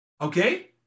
Okay